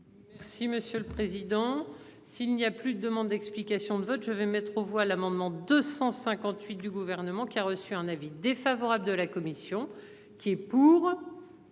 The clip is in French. Si Monsieur le Président. S'il n'y a plus de demandes d'explications de vote, je vais mettre aux voix l'amendement 258 du gouvernement qui a reçu un avis défavorable de la commission. Qui est pour.